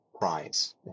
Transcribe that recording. prize